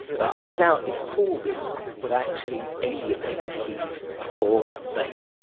but i doubt if corbyn would actually alienate his core base.